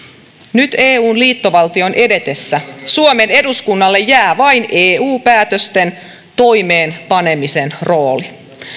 nyt eun liittovaltion edetessä suomen eduskunnalle jää vain eu päätösten toimeenpanemisen rooli